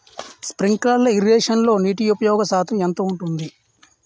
Sprinkler ఇరగేషన్లో నీటి ఉపయోగ శాతం ఎంత ఉంటుంది?